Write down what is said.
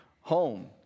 home